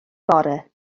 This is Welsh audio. bore